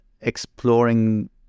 exploring